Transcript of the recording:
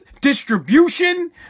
distribution